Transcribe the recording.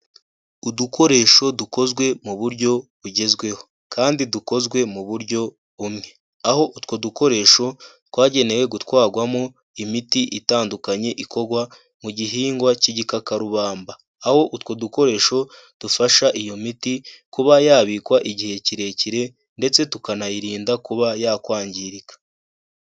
Udukoresho dukozwe mu buryo bugezweho kandi dukozwe mu buryo bumwe. Aho utwo dukoresho twagenewe gutwarwamo imiti itandukanye ikorwa mu gihingwa cy'igikakarubamba. Aho utwo dukoresho dufasha iyo miti kuba yabikwa igihe kirekire ndetse tukanayirinda kuba yakwangirika.